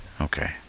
okay